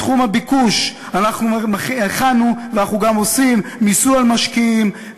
בתחום הביקוש הכנו ואנחנו גם עושים ניסוי על משקיעים,